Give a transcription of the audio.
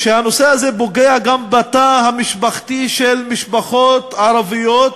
שהנושא זה פוגע גם בתא המשפחתי של משפחות ערביות